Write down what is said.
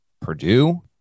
Purdue